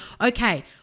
okay